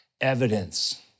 Evidence